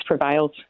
prevails